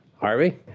Harvey